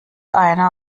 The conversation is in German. einer